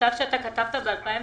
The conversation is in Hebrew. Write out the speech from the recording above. המכתב שכתבת ב-2017?